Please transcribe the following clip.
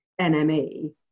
nme